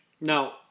Now